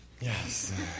Yes